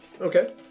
Okay